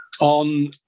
on